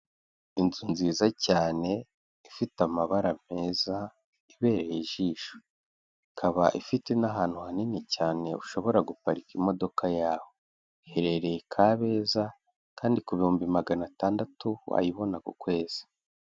Inzu nziza cyane ifite amabara meza, ibereye ijisho. Ikaba ifite n'ahantu hanini cyane ushobora guparika imodoka yawe. Iherereye Kabeza kandi ku bihumbi magana atandatu, wayibona ku kwezi.